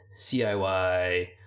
ciy